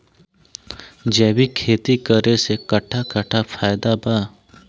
जैविक खेती करे से कट्ठा कट्ठा फायदा बा?